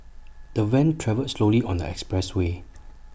the van travelled slowly on the expressway